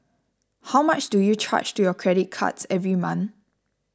how much do you charge to your credit cards every month